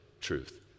truth